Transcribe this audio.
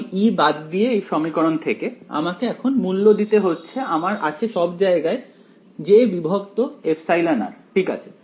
আমি বাদ দিয়ে এই সমীকরণ থেকে আমাকে এখন মূল্য দিতে হচ্ছে আমার আছে সব জায়গায় j εr ঠিক আছে